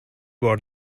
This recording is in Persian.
بار